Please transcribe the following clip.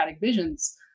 visions